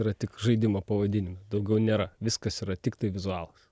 yra tik žaidimo pavadinime daugiau nėra viskas yra tiktai vizualas